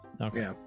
Okay